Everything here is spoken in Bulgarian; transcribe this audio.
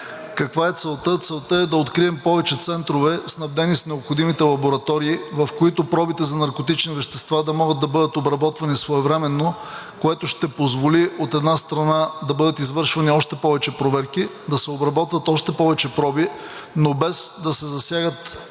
Каква е целта? Целта е да открием повече центрове, снабдени с необходимите лаборатории, в които пробите за наркотични вещества да могат да бъдат обработвани своевременно, което ще позволи, от една страна, да бъдат извършвани още повече проверки, да се обработват още повече проби, но без да се засягат